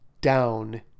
down